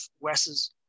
Wes's